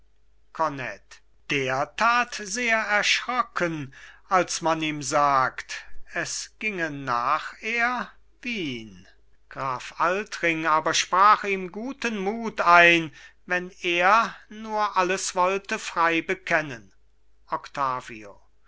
kornett der tat sehr erschrocken als man ihm sagt es ginge nacher wien graf altring aber sprach ihm guten mut ein wenn er nur alles wollte frei bekennen octavio